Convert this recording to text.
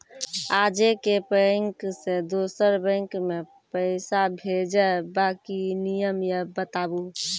आजे के बैंक से दोसर बैंक मे पैसा भेज ब की नियम या बताबू?